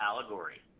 allegory